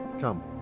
Come